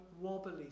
wobbly